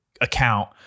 account